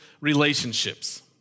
relationships